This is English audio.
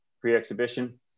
pre-exhibition